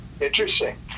Interesting